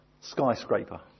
skyscraper